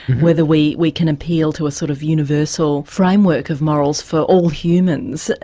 whether we we can appeal to a sort of universal framework of morals for all humans.